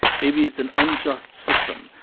maybe it's an unjust system,